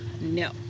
no